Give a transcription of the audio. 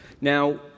Now